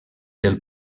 del